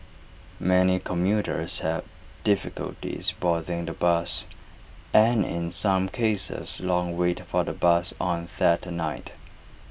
many commuters had difficulty boarding the bus and in some cases long wait for the bus on that night